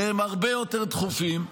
שהם הרבה יותר דחופים,